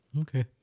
Okay